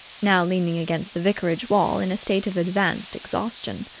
now leaning against the vicarage wall in a state of advanced exhaustion.